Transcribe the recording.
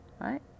right